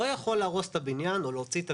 לא יכול להרוס את הבניין או להוציא את